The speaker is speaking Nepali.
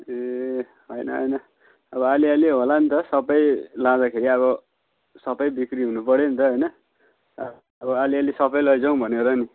ए होइन होइन अब अलिअलि होला नि त सबै लाँदाखेरि अब सबै बिक्री हुनुपऱ्यो नि त होइन अब अलिअलि सबै लैजाउँ भनेर नि